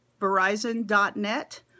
Verizon.net